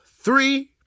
three